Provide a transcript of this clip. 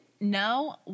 no